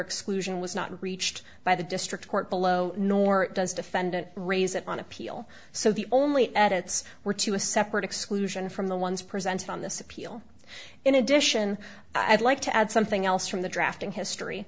exclusion was not reached by the district court below nor does defendant raise it on appeal so the only edits were to a separate exclusion from the ones presented on this appeal in addition i'd like to add something else from the drafting history